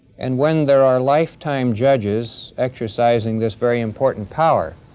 and when there are lifetime judges exercising this very important power,